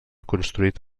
construït